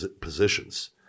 positions